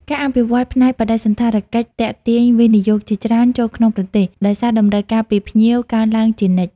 ការអភិវឌ្ឍផ្នែកបដិសណ្ឋារកិច្ចទាក់ទាញវិនិយោគជាច្រើនចូលក្នុងប្រទេស ដោយសារតម្រូវការពីភ្ញៀវកើនឡើងជានិច្ច។